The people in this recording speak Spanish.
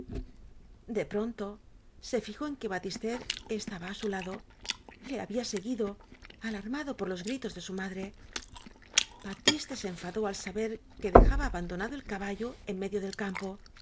de pronto se fijó en que batistet estaba á su lado le había seguido alarmado por los gritos de su madre batiste se enfadó al saber que dejaba abandonado el caballo en medio del campo